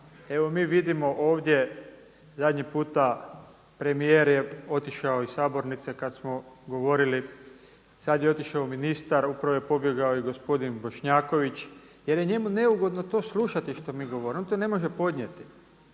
Evo mi vidimo ovdje zadnji puta premijer je otišao iz sabornice kada smo govoriti, sad je otišao ministar, upravo je pobjegao i gospodin Bošnjaković jer je njemu neugodno to slušati što mi govorimo, on to ne može podnijeti.